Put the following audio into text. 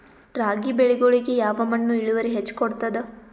ರಾಗಿ ಬೆಳಿಗೊಳಿಗಿ ಯಾವ ಮಣ್ಣು ಇಳುವರಿ ಹೆಚ್ ಕೊಡ್ತದ?